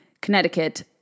Connecticut